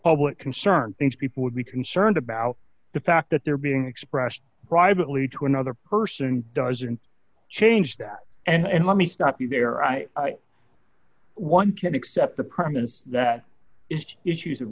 public concern things people would be concerned about the fact that they're being expressed privately to another person doesn't change that and let me stop you there i one can accept the premise that is issues of